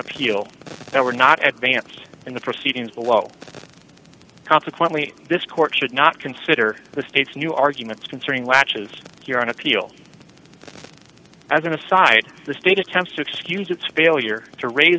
appeal that were not advance in the proceedings below them consequently this court should not consider the state's new arguments concerning latches here on appeal as an aside the state attempts to excuse its failure to raise